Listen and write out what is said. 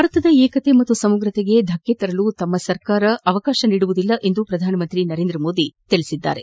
ಭಾರತದ ಏಕತೆ ಮತ್ತು ಸಮಗ್ರತೆಗೆ ಧಕ್ಕೆ ತರಲು ತಮ್ಮ ಸರ್ಕಾರ ಅವಕಾಶ ನೀಡುವುದಿಲ್ಲ ಎಂದು ಪ್ರಧಾನಮಂತ್ರಿ ನರೇಂದ್ರ ಮೋದಿ ತಿಳಿಸಿದ್ದಾರೆ